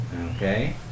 Okay